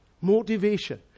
Motivation